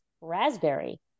raspberry